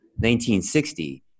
1960